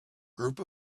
group